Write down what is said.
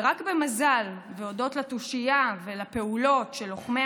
ורק במזל והודות לתושייה ולפעולות לוחמי